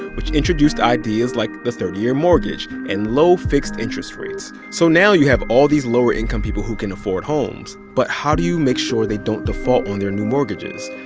which introduced ideas like the thirty year mortgage and low, fixed interest rates. so now you have all these lower-income people who can afford homes, but how do you make sure they don't default on their new mortgages?